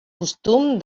costum